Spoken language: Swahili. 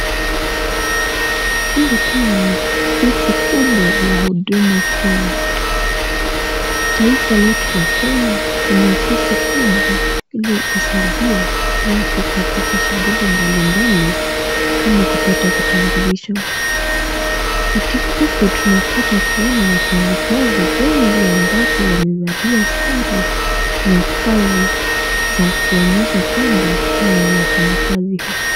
Hili pia ni ofisi kubwa ya Huduma Kenya taifa letu la Kenya ina ofisi kubwa ili kusaidia watu katika shughuli mbalimbali kama kupata kitambulisho tunapata kuona wafanyikazi wengi ambampo wamevalia sare la kazi za kuonyesha kwamba Hawa ni wafanyikazi huku.